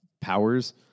powers